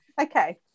Okay